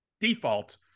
default